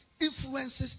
influences